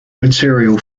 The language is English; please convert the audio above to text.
material